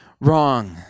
wrong